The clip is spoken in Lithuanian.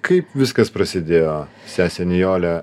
kaip viskas prasidėjo sese nijole